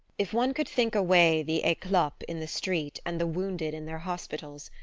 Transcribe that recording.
if one could think away the eclopes in the streets and the wounded in their hospitals,